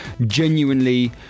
genuinely